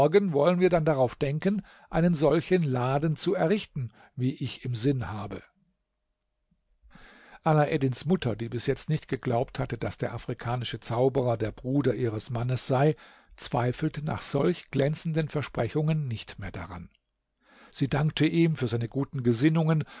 wollen wir dann darauf denken einen solchen laden zu errichten wie ich im sinn habe alaeddins mutter die bis jetzt nicht geglaubt hatte daß der afrikanische zauberer der bruder ihres mannes sei zweifelte nach solch glänzenden versprechungen nicht mehr daran sie dankte ihm für seine guten gesinnungen